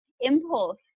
impulse